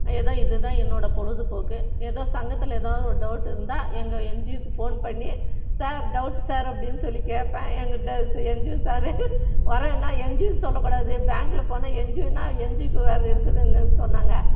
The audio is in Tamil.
ஏதோ இது தான் என்னோடய பொழுதுபோக்கு ஏதோ சங்கத்தில் எதாது ஒரு டவுட் இருந்தால் எங்கள் என்ஜியோக்கு ஃபோன் பண்ணி சார் டவுட்டு சார் அப்படின்னு சொல்லி கேட்பேன் எங்கள் ட ஸ் என்ஜியோ சாரு வரேன் ஆனால் என்ஜியோன்னு சொல்லக்கூடாது பேங்க்ல போனால் என்ஜியோனா என்ஜியோக்கு வேற இருக்குதுங்கன்னு சொன்னாங்கள்